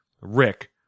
Rick